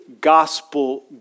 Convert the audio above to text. gospel